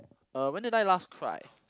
uh when did I last cry